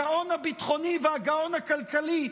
הגאון הביטחוני והגאון הכלכלי,